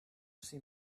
see